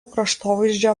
kraštovaizdžio